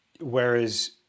whereas